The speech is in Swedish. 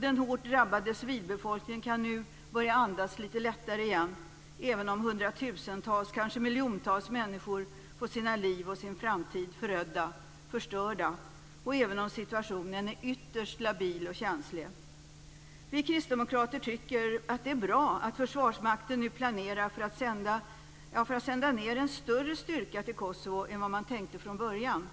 Den hårt drabbade civilbefolkningen kan nu börja andas lite lättare ingen - även om hundratusentals, kanske miljontals människor fått sina liv och sin framtid förödda och förstörda, och även om situationen är ytterst labil och känslig. Vi kristdemokrater tycker att det är bra att Försvarsmakten nu planerar för att sända ned en större styrka till Kosovo än vad man tänkte från början